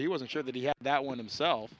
he wasn't sure that he had that one themsel